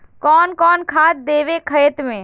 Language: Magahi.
कौन कौन खाद देवे खेत में?